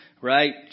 right